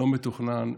לא מתוכנן,